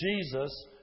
Jesus